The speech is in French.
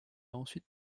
ensuite